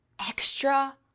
extra